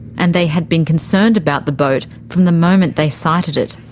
and they had been concerned about the boat from the moment they sighted it.